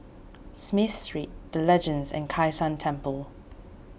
Smith Street the Legends and Kai San Temple